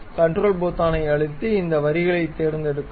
control பொத்தானை அழுத்தி இந்த வரிகளைத் தேர்ந்தெடுக்கவும்